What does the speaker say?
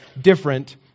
different